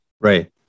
Right